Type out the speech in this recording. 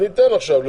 אני אתן עכשיו.